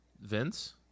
Vince